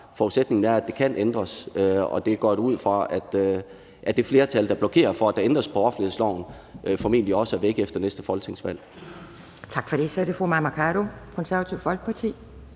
Forudsætningen er, at det kan ændres, og der går jeg da ud fra, at det flertal, der blokerer for, at der ændres ved offentlighedsloven, formentlig er væk efter næste folketingsvalg.